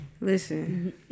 Listen